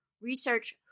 research